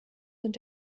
sind